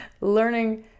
learning